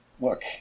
look